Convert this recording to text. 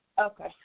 Okay